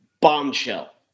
Bombshell